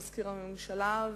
מזכיר הממשלה.